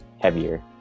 heavier